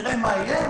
נראה מה יהיה,